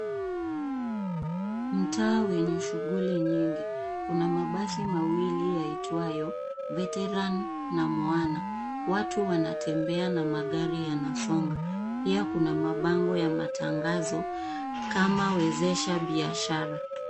Mtaa wenye shughuli nyingi . Kuna mabasi mawili yaitwayo Veteran na Moana . Watu wanatembea na magari yanonga .Pia kuna mabango ya matangazo kama Wezesha Biashara.